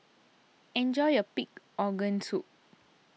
enjoy your Pig's Organ Soup